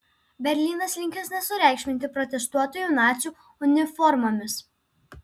berlynas linkęs nesureikšminti protestuotojų nacių uniformomis